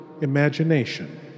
imagination